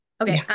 Okay